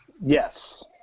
Yes